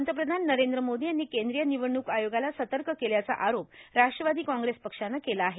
पंतप्रधान नरेंद्र मोदी यांनी केंद्रीय निवडणूक आयोगाला सतर्क केल्याचा आरोप राष्ट्रवादी काँग्रेस पक्षानं केला आहे